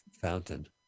fountain